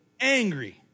angry